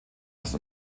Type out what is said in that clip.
das